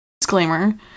disclaimer